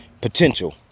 potential